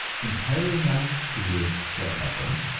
entitling us to live forever?